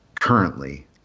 currently